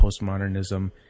postmodernism